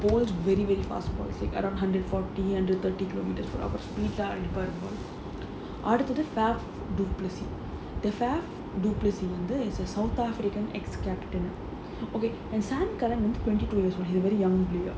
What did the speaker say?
we both very very fast four hundred forty hundred thirty kilometres per hour அடுத்தது:aduthathu faf du plessis the faf du plessis வந்து:vanthu is a south african ex captain okay and sam current வந்து:vanthu twenty years old he is a very young player